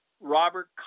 Robert